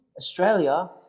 Australia